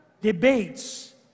debates